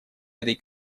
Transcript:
этой